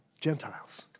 Gentiles